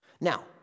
Now